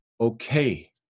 okay